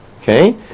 Okay